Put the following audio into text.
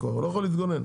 הוא לא יכול להתגונן.